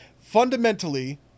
Fundamentally